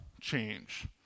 change